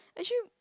actually